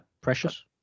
Precious